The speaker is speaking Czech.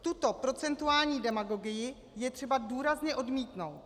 Tuto procentuální demagogii je třeba důrazně odmítnout.